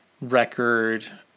record